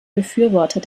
befürworter